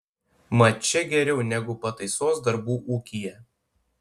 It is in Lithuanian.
mat čia geriau negu pataisos darbų ūkyje